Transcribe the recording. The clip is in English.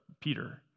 Peter